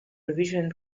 revision